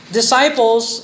disciples